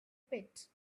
pit